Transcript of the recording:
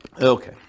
Okay